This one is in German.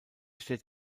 steht